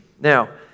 Now